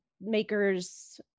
makers